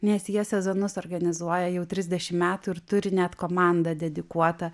nes jie sezonus organizuoja jau trisdešim metų ir turi net komandą dedikuotą